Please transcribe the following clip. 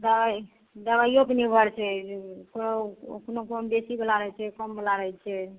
दवाइ दवाइयो पर निर्भर छै कोनो कोनो बेसी बला रहै छै कम बला रहै छै